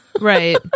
Right